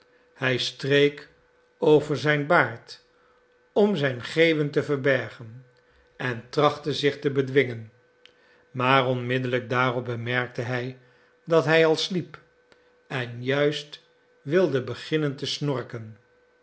hij streek over zijn baard om zijn geeuwen te verbergen en trachtte zich te bedwingen maar onmiddelijk daarop bemerkte hij dat hij al sliep en juist wilde beginnen te snorken